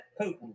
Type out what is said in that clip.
Putin